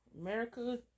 America